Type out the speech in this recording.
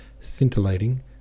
scintillating